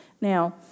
Now